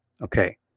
Okay